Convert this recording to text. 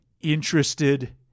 interested